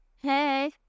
Hey